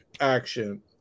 action